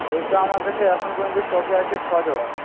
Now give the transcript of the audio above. ওইটা আমার কাছে এখন পর্যন্ত স্টকে আছে ছজোড়া